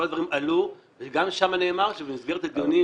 כל הדברים עלו וגם שם נאמר שבמסגרת הדיונים